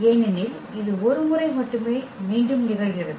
ஏனெனில் இது ஒரு முறை மட்டுமே மீண்டும் நிகழ்கிறது